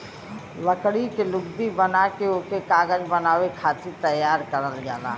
लकड़ी के लुगदी बना के ओके कागज बनावे खातिर तैयार करल जाला